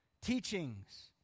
teachings